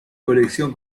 colección